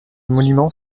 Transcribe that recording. monument